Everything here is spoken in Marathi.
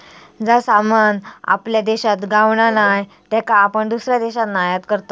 जा सामान आपल्या देशात गावणा नाय त्याका आपण दुसऱ्या देशातना आयात करतव